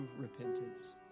repentance